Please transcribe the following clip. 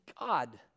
God